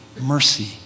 mercy